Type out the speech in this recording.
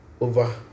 over